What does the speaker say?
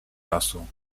lasu